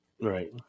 Right